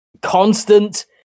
constant